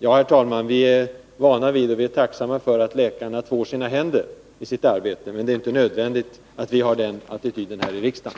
Herr talman! Vi är vana vid och vi är tacksamma för att läkarna tvår sina händer i sitt arbete, men det är inte nödvändigt att ha den attityden här i riksdagen.